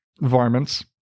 Varmints